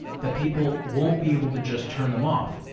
that people won't be able to just turn them off,